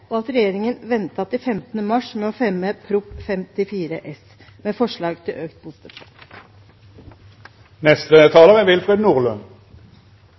og at regjeringen ventet til 15. mars med å fremme Prop. 54 S for 2018–2019, med forslag til økt bostøtte. Det er